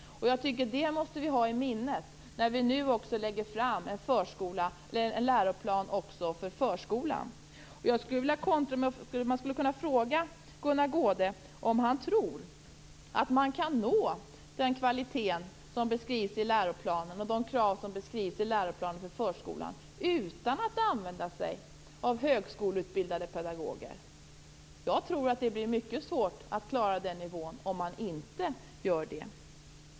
Jag tycker att vi måste ha det i minnet när vi nu lägger fram en läroplan också för förskolan. Jag skulle vilja fråga Gunnar Goude om han tror att man kan nå den kvalitet och tillgodose de krav som beskrivs i läroplanen för förskolan utan att använda sig av högskoleutbildade pedagoger. Jag tror att det blir mycket svårt att klara den nivån om man inte gör det.